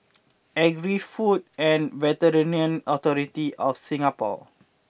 Agri Food and Veterinary Authority of Singapore